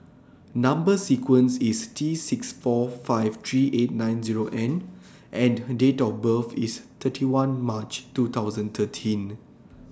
Number sequence IS T six four five three eight nine Zero N and Date of birth IS thirty one March two thousand thirteen